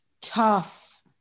tough